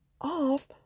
off